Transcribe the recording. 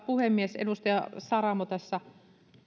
puhemies edustaja saramo tässä